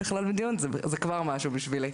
הבריאות, מנהלת התוכנית הלאומית לבטיחות ילדים.